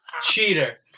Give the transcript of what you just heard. Cheater